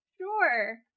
Sure